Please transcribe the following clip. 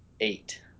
eight